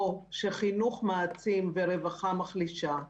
או שחינוך מעצים ורווחה מחלישה,